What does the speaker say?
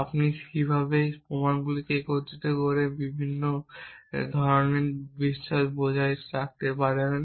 আপনি কীভাবে সেই প্রমাণগুলিকে একত্রিত করে বিভিন্ন ধরণের বিশ্বাস বজায় রাখতে পারেন